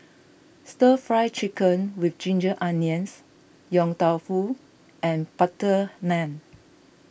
Stir Fry Chicken with Ginger Onions Yong Tau Foo and Butter Naan